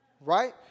Right